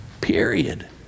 Period